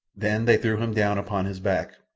then they threw him down upon his back,